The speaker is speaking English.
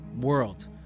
world